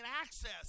access